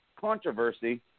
controversy